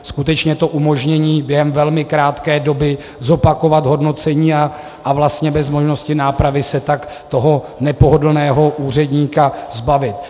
Skutečně to umožnění během velmi krátké doby zopakovat hodnocení a vlastně bez možnosti nápravy se tak toho nepohodlného úředníka zbavit.